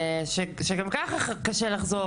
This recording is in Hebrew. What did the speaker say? וגם ככה קשה לחזור,